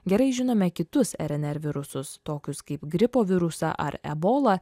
gerai žinome kitus rnr virusus tokius kaip gripo virusą ar ebolą